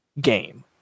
game